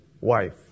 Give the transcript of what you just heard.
wife